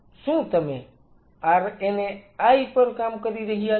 શું તમે RNAi પર કામ કરી રહ્યા છો